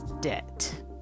debt